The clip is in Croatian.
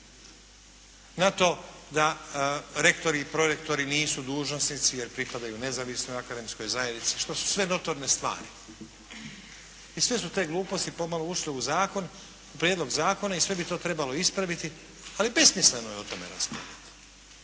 na to da rektori i prorektori nisu dužnosnici jer pripadaju nezavisnoj akademskoj zajednici što su sve notorne stvari i sve su te gluposti pomalo ušle u zakon, u prijedlog zakona i sve bi to trebalo ispraviti, ali besmisleno je o tome raspravljati.